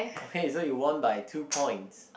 okay so you won by two points